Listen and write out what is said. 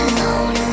Alone